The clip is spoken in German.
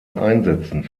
einsätzen